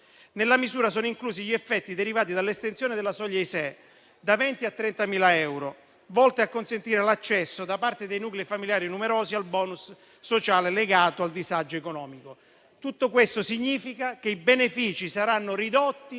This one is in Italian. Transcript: Nella misura sono inclusi gli effetti derivati dall'estensione della soglia ISEE, da 20.000 a 30.000 euro, volti a consentire l'accesso da parte dei nuclei familiari numerosi al *bonus* sociale legato al disagio economico. Tutto questo significa che i benefici saranno ridotti